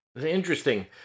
interesting